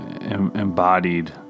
embodied